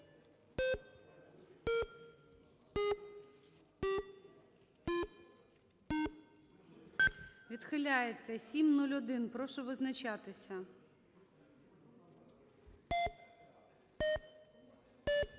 Відхиляється. 701. Прошу визначатися.